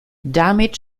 damit